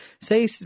say